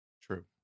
True